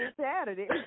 Saturday